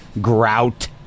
grout